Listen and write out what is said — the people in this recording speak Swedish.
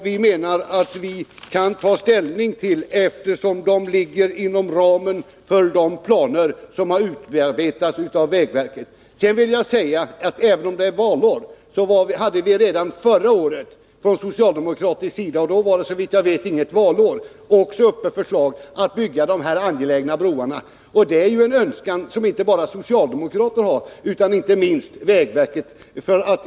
Vi menar att man kan ta ställning till dem, eftersom de ligger inom ramen för de planer som har utarbetats av vägverket. Jag vill också säga att vi redan förra året, som inte var ett valår, från socialdemokratisk sida lade fram förslag till byggande av de angelägna broar som det gäller. Det är fråga om önskemål som hyses inte bara av socialdemokrater utan inte minst också av vägverket.